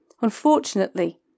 Unfortunately